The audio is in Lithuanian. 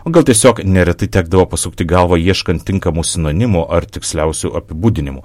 o gal tiesiog neretai tekdavo pasukti galvą ieškant tinkamų sinonimų ar tiksliausių apibūdinimų